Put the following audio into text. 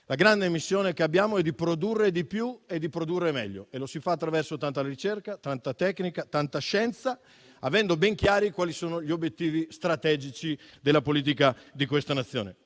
la grande missione che abbiamo è produrre di più e produrre meglio e lo si fa attraverso tanta ricerca, tanta tecnica e tanta scienza, avendo ben chiari quali sono gli obiettivi strategici della politica di questa Nazione.